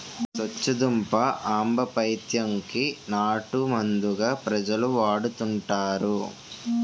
సొచ్చుదుంప ఆంబపైత్యం కి నాటుమందుగా ప్రజలు వాడుతుంటారు